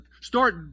Start